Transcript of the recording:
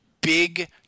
big